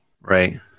Right